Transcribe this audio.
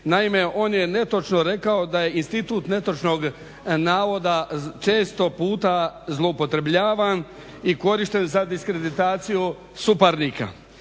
Naime, on je netočno rekao da je institut netočnog navoda često puta zloupotrebljavan i korišten za diskreditaciju suparnika.